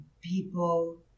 people